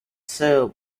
sir